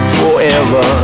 forever